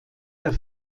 der